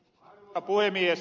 arvoisa puhemies